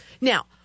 Now